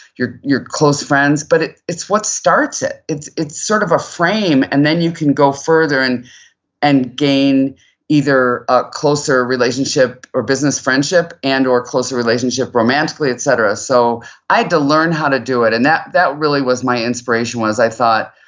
your your close friends, but it's what starts it. it's it's sort of a frame and then you can go further and and gain either a closer relationship or business friendship and or closer relationship romantically, et cetera. so i had to learn how to do it and that that really was my inspiration was i thought,